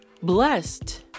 blessed